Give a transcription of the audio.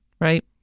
Right